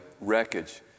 wreckage